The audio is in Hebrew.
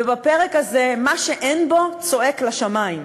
ובפרק הזה, מה שאין בו צועק לשמים.